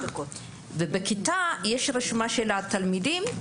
הייתה רשימה של התלמידים,